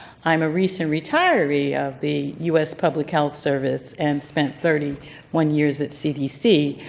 i'm a recent retiree of the u s. public health service and spent thirty one years at cdc.